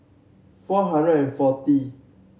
four hundred and forty